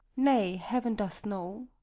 nay, heaven doth know.